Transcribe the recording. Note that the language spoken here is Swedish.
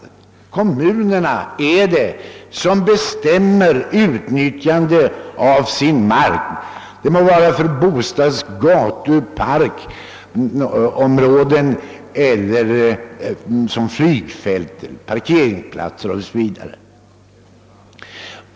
Det är kommunerna som bestämmer om utnyttjandet av sin mark, vare sig den skall användas för bostadsändamål, parkområden, gator, parkeringsplatser eller flygfält.